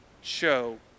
show